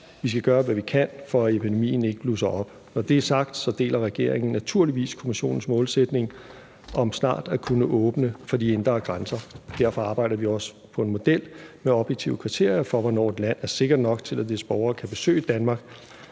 Vi skal gøre, hvad vi kan, for at epidemien ikke blusser op. Når det er sagt, deler regeringen naturligvis Kommissionens målsætning om snart at kunne åbne for de indre grænser. Derfor arbejder vi også på en model med objektive kriterier for, hvornår et land er sikkert nok til, at dets borgere kan besøge Danmark.